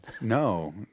No